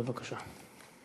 בבקשה.